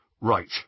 right